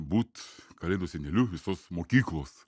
būt kalėdų seneliu visos mokyklos